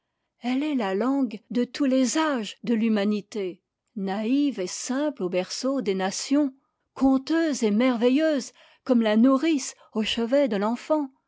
elle est la langue de tous les âges de l'humanité naïve et simple au berceau des nations conteuse et merveilleuse comme la nourrice au chevet de l'enfant